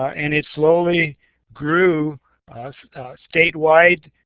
and it slowly grew statewide.